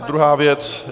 A druhá věc.